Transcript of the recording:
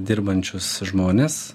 dirbančius žmones